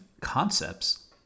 concepts